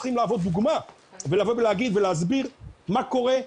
צריכים להוות דוגמה ולהסביר מה קורה.